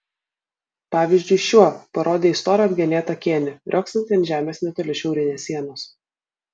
pavyzdžiui šiuo parodė į storą apgenėtą kėnį riogsantį ant žemės netoli šiaurinės sienos